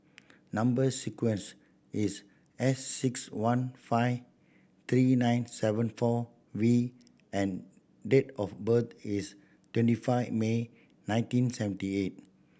number sequence is S six one five three nine seven four V and date of birth is twenty five May nineteen seventy eight